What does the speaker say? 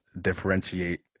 differentiate